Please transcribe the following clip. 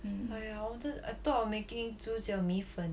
!haiya! I wanted to I thought of making 猪脚米粉